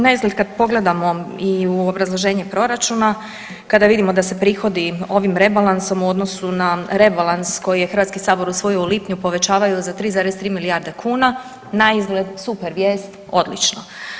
Naizgled kad pogledamo i u obrazloženje proračuna kada vidimo da se prihodi ovim rebalansom u odnosu na rebalans koji je HS usvojio u lipnju povećavaju za 3,3 milijarde kuna na izgled super vijest, odlično.